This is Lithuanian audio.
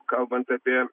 kalbant apie